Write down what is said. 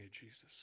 Jesus